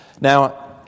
Now